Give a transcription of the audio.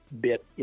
bit